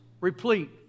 replete